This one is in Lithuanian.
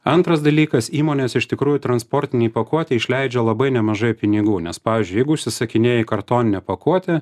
antras dalykas įmonės iš tikrųjų transportinei pakuotei išleidžia labai nemažai pinigų nes pavyzdžiui jeigu užsisakinėji kartoninę pakuotę